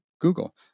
Google